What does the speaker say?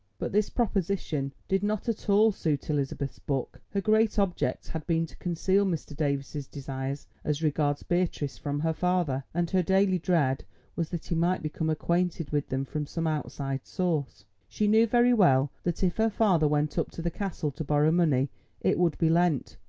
but this proposition did not at all suit elizabeth's book. her great object had been to conceal mr. davies's desires as regards beatrice from her father, and her daily dread was that he might become acquainted with them from some outside source. she knew very well that if her father went up to the castle to borrow money it would be lent,